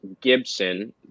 Gibson